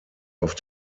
auf